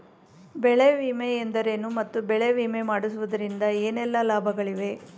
ಬೆಳೆ ವಿಮೆ ಎಂದರೇನು ಮತ್ತು ಬೆಳೆ ವಿಮೆ ಮಾಡಿಸುವುದರಿಂದ ಏನೆಲ್ಲಾ ಲಾಭಗಳಿವೆ?